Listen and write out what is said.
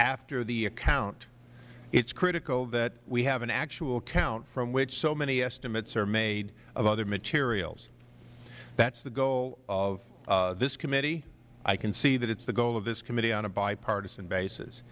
after the account it is critical that we have an actual count from which so many estimates are made of other materials that is the goal of this committee i can see that it is the goal of this committee on a bipartisan bas